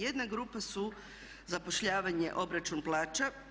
Jedna grupa su zapošljavanje, obračun plaća.